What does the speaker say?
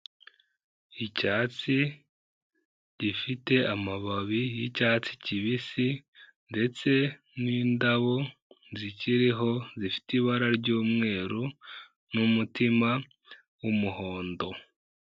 Icyatsi gifite amababi y'icyatsi kibisi ndetse n'indabo zikiriho zifite ibara ry'umweru n'umutima w'umuhondo.